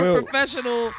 professional